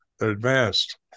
advanced